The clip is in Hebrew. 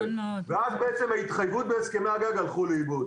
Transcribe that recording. ואז בעצם ההתחייבות בהסכמי הגג הלכו לאיבוד.